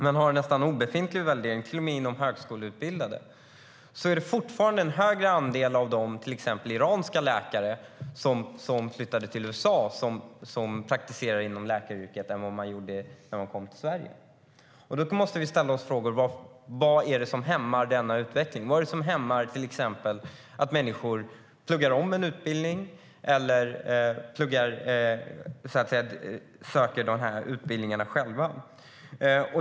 Valideringen är nästan obefintlig, till och med bland högskoleutbildade. Men det är ändå en större andel till exempel iranska läkare som utövar läkaryrket i dag av dem som flyttat till USA än av dem som har flyttat till Sverige. Vi måste ställa oss frågan vad det är som hämmar denna utveckling. Vad är det som hämmar till exempel att människor pluggar om en utbildning eller söker de här utbildningarna själva?